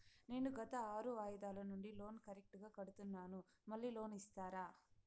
నేను గత ఆరు వాయిదాల నుండి లోను కరెక్టుగా కడ్తున్నాను, మళ్ళీ లోను ఇస్తారా?